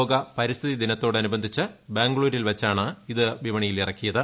ലോക പരിസ്ഥിതി ദിനത്തോടനുബന്ധിച്ച് ബംഗ്ളൂരിൽ വെച്ചാണ് ഇത് വിപണിയിലിറക്കിയത്